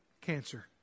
cancer